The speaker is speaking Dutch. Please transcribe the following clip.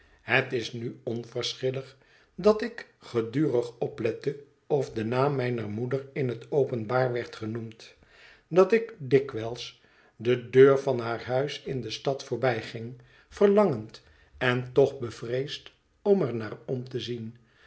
het is nu onverschillig dat ik gedurig oplette of de naam mijner moeder in het openbaar werd genoemd dat ik dikwijls de deur van haar huis in de stad voorbijging verlangend en toch bevreesd om er naar om te zien